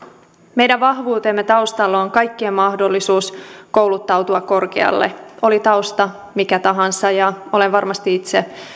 meidän vahvuutemme taustalla on kaikkien mahdollisuus kouluttautua korkealle oli tausta mikä tahansa ja olen varmasti itse